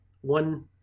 one